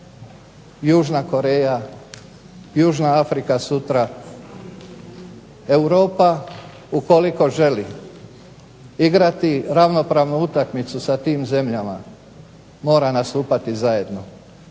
Južna Koreja, Južna Afrika sutra, Europa ukoliko želi igrati ravnopravnu utakmicu s tim zemljama mora nastupati zajedno.